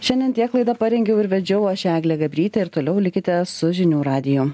šiandien tiek laidą parengiau ir vedžiau aš eglė gabrytė ir toliau likite su žinių radiju